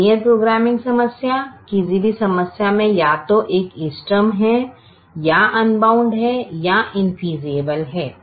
linear programming समस्या किसी भी समस्या में या तो एक इष्टतम है या अनबाउंड है या इनफेयसिबल है